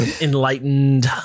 enlightened